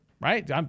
right